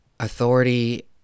Authority